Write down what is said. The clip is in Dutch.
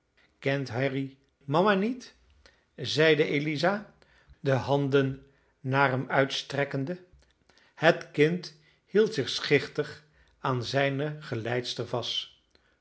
kent harry mama niet zeide eliza de handen naar hem uitstrekkende het kind hield zich schichtig aan zijne geleidster vast